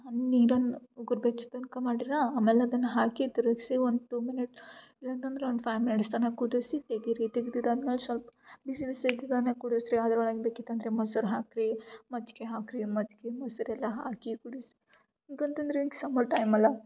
ಹಂಗೆ ನಿಧಾನ್ ಉಗ್ರು ಬೆಚ್ಚ ತನಕ ಮಾಡಿರೊ ಆಮೇಲೆ ಅದನ್ನು ಹಾಕಿ ತಿರುಗ್ಸಿ ಒಂದು ಟೂ ಮಿನಿಟ್ ಯಾಕಂದರೆ ಒಂದು ಫೈವ್ ಮಿನಿಟ್ಸ್ ತನಕ ಕುದಿಸಿ ತೆಗೀರಿ ತೆಗ್ದಿದಾದ್ಮೇಲೆ ಸ್ವಲ್ಪ್ ಬಿಸಿ ಬಿಸಿ ಆಗಿರುವಾಗೆ ಕುಡಿಸ್ರಿ ಅದ್ರ ಒಳಗೆ ಬೇಕಿತಂದರೆ ಮೊಸ್ರು ಹಾಕ್ರಿ ಮಜ್ಜಿಗೆ ಹಾಕ್ರಿ ಮಜ್ಜಿಗೆ ಮೊಸರೆಲ್ಲ ಹಾಕಿ ಕುಡಿಸಿ ಯಾಕಂತಂದರೆ ಈಗ ಸಮ್ಮರ್ ಟೈಮ್ ಅಲ್ಲ